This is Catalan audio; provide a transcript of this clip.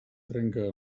trenca